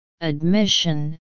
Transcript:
Admission